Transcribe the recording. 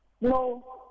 No